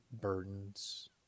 burdens